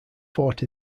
fought